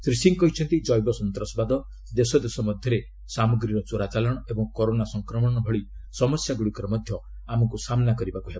ଶ୍ରୀ ସିଂହ କହିଛନ୍ତି ଜୈବ ସନ୍ତାସବାଦ ଦେଶଦେଶ ମଧ୍ୟରେ ସାମଗ୍ରୀ ଚୋରା ଚାଲାଣ ଏବଂ କରୋନା ସଂକ୍ରମଣ ଭଳି ସମସ୍ୟା ଗୁଡ଼ିକର ମଧ୍ୟ ଆମକୁ ସମାଧାନ କରିବାକୁ ହେବ